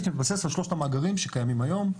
שמתבססת על שלושת המאגרים שקיימים היום,